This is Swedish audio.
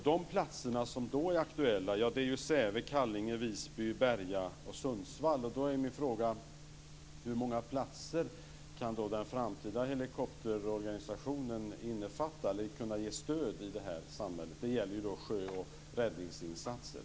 De platser som då är aktuella är Säve, Då är min fråga: Hur många platser kan den framtida helikopterorganisationen innefatta för att kunna ge stöd till samhället när det gäller sjö och räddningsinsatser?